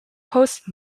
post